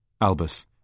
Albus